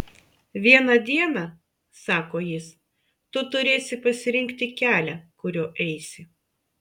vieną dieną sako jis tu turėsi pasirinkti kelią kuriuo eisi